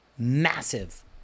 massive